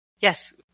Yes